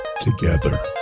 together